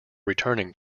returning